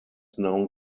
known